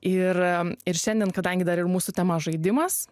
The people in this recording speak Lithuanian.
ir ir šiandien kadangi dar ir mūsų tema žaidimas